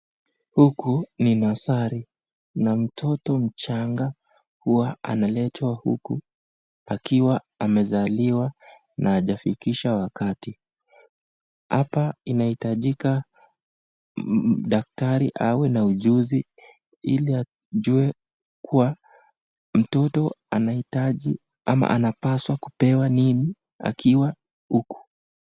Huku ninasari na mtoto mchanga huwa analetwa huku akiwa amezaliwa na hajafikisha wakati. Hapa inahitajika daktari awe na ujuzi ili ajue kuwa mtoto anahitaji ama anapaswa kupewa nini akiwa huku.